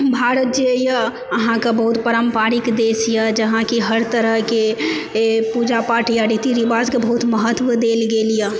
भारत जे यऽ अहाँकेँ बहुत पारम्परिक देश यऽ जहाँकि हर तरहकेँ पूजा पाठ यऽ रीति रिवाजके बहुत महत्व देल गेल यऽ